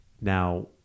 Now